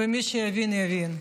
ומי שיבין יבין.